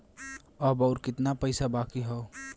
अब अउर कितना पईसा बाकी हव?